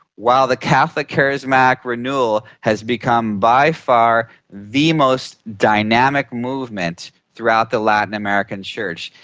while the catholic charismatic renewal has become by far the most dynamic movement throughout the latin american church.